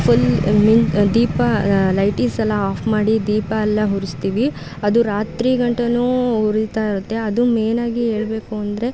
full ಮಿಂಗ್ ದೀಪ ಲೈಟಿಂಗ್ಸೆಲ್ಲಾ ಆಫ್ ಮಾಡಿ ದೀಪ ಎಲ್ಲ ಉರಿಸ್ತೀವಿ ಅದು ರಾತ್ರಿಗಂಟ ಉರೀತಾ ಇರುತ್ತೆ ಅದು ಮೇಯ್ನಾಗಿ ಹೇಳ್ಬೇಕು ಅಂದರೆ